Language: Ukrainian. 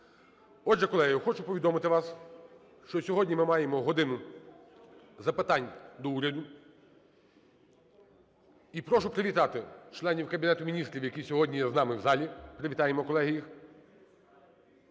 Отже, колеги, я хочу повідомити вам, що сьогодні ми маємо "годину запитань до Уряду". І прошу привітати членів Кабінетів Міністрів, які сьогодні є з нами в залі. Привітаємо, колеги, їх.